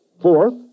Fourth